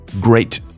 great